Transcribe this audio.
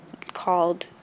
called